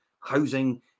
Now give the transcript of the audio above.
Housing